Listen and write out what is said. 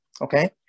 okay